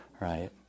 right